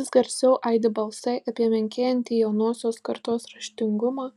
vis garsiau aidi balsai apie menkėjantį jaunosios kartos raštingumą